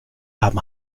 haben